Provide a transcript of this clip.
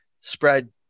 spread